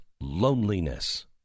loneliness